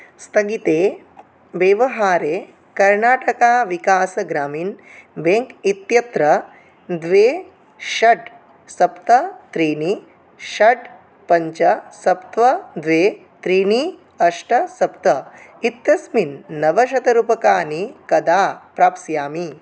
स्थगिते व्यवहारे कर्नाटका विकासग्रामिण् ब्याङ्क् इत्यत्र द्वे षट् सप्त त्रीणि षट् पञ्च सप्त द्वे त्रीणि अष्ट सप्त इत्यस्मिन् नवशतरूप्यकाणि कदा प्राप्स्यामि